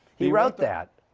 he wrote that.